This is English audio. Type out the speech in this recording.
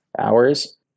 hours